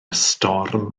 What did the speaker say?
storm